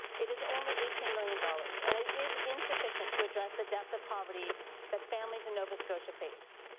it is only eighteen million dollars. and it is insufficient to address the depth of poverty that families in nova scotia face.